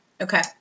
okay